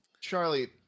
charlie